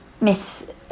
Miss